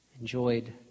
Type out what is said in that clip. enjoyed